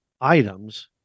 items